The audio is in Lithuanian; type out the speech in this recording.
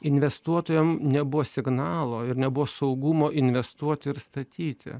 investuotojam nebuvo signalo ir nebuvo saugumo investuot ir statyti